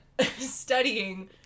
studying